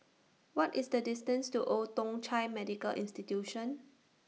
What IS The distance to Old Thong Chai Medical Institution